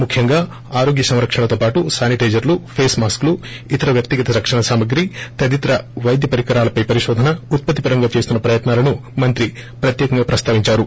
ముఖ్యంగా ఆరోగ్య సంరక్షణతో పాటు శానిటైజర్లు ఫేస్మాస్క్ లు ఇతర వ్యక్తిగత రక్షణ సామగ్రి తదితర వైద్య పరికరాలపై పరిశోధన ఉత్పత్తి పరంగా చేస్తున్న ప్రయత్నాలను మంత్రి ప్రత్యేకంగా ప్రస్తావిందారు